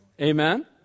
Amen